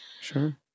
Sure